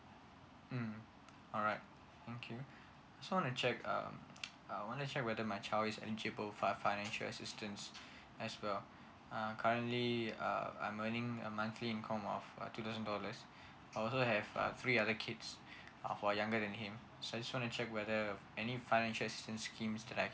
mm alright thank you so I wanna um I wanna check whether my child is eligible for financial assistance as well uh currently uh I'm earning a monthly income of uh two thousand dollars I also have uh three other kids who are younger than him so I just want to check whether uh any financial assistance schemes that I